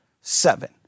Seven